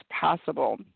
possible